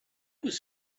was